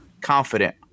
confident